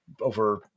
over